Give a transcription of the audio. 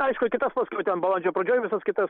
aišku kitas paskiau ten balandžio pradžioj visas kitas